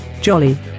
jolly